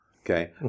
okay